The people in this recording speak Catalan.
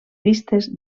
vistes